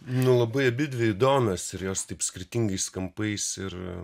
nu labai abidvi įdomios ir jos taip skirtingais kampais ir